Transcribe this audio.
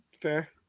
Fair